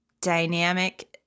dynamic